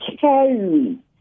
carry